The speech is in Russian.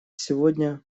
сегодня